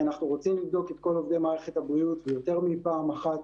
אנחנו רוצים לבדוק את כל עובדי מערכת הבריאות ויותר מפעם אחת,